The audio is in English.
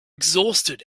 exhausted